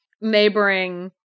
neighboring